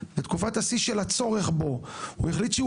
בתקופת השיא של הצורך בו הוא החליט שהוא